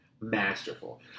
Masterful